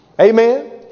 Amen